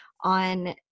on